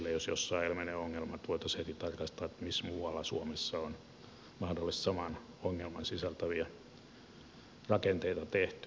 jos jossain ilmenee ongelma niin voitaisiin heti tarkastaa missä muualla suomessa on mahdollisesti saman ongelman sisältäviä rakenteita tehty